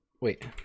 Wait